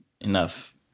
Enough